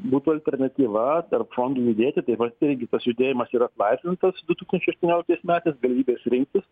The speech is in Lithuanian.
būtų alternatyva tarp fondų judėti tai vat irgi tas judėjimas yra atlaisvintas du tūkstančiai aštuonioliktais metais galimybės rinktis